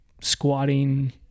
squatting